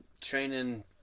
training